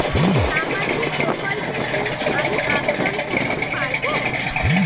সামাজিক প্রকল্পে কি আমি আবেদন করতে পারবো?